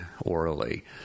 orally